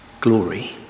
glory